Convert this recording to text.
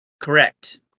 Correct